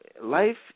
life